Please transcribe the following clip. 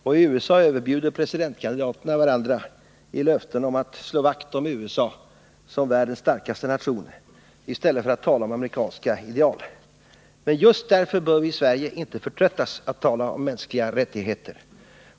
Och i USA överbjuder presidentkandidaterna varandra i löften om att slå vakt om USA som världens starkaste nation i stället för att tala om amerikanska ideal. Men just därför bör vi i Sverige inte förtröttas att tala om mänskliga rättigheter.